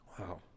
Wow